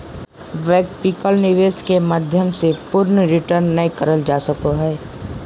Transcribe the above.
वैकल्पिक निवेश के माध्यम से पूर्ण रिटर्न नय करल जा सको हय